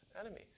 enemies